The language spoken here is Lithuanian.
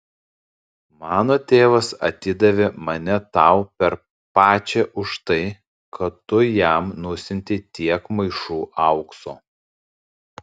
mano tėvas atidavė mane tau per pačią už tai kad tu jam nusiuntei tiek maišų aukso